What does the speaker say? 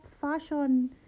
fashion